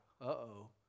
Uh-oh